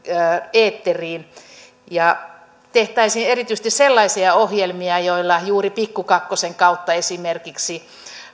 eetteriin ja tehtäisiin erityisesti sellaisia ohjelmia joilla juuri pikku kakkosen kautta esimerkiksi